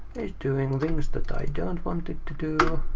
is doing things that i don't want it to do.